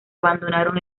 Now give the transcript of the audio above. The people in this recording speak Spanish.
abandonaron